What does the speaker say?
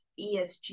ESG